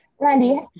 Randy